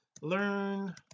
learn